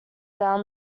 down